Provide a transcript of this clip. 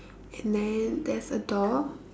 and then there's a door